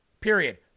period